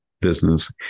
business